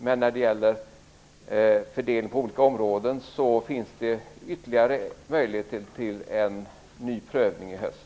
Men när det gäller fördelning på olika områden finns det ytterligare möjlighet till en ny prövning i höst.